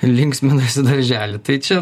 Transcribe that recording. linksminasi daržely tai čia